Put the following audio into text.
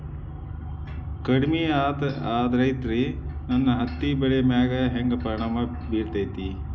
ಕಡಮಿ ಆದ್ರತೆ ನನ್ನ ಹತ್ತಿ ಬೆಳಿ ಮ್ಯಾಲ್ ಹೆಂಗ್ ಪರಿಣಾಮ ಬಿರತೇತಿ?